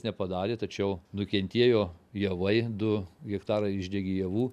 nepadarė tačiau nukentėjo javai du hektarai išdegė javų